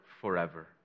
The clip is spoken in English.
forever